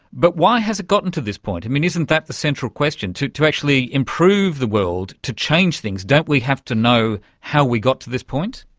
but why has it gotten to this point? and isn't that the central question to to actually improve the world, to change things, don't we have to know how we got to this point?